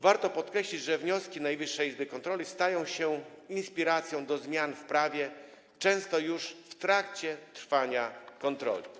Warto podkreślić, że wnioski Najwyższej Izby Kontroli stają się inspiracją do zmian w prawie, często już w trakcie trwania kontroli.